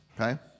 Okay